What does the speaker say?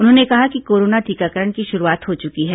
उन्होंने कहा कि कोरोना टीकाकरण की शुरूआत हो चुकी है